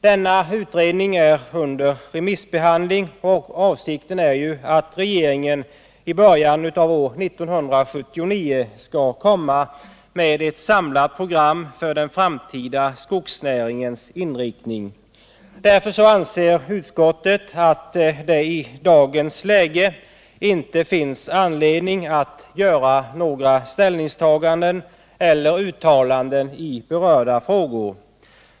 Denna utredning är under remissbehandling, och avsikten är att regeringen i början av 1979 skall komma med ett samlat program för den framtida skogsnäringens inriktning. Därför anser utskottet att det i dagens läge inte finns anledning att ta ställning eller göra uttalanden i berörda frågor.